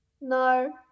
No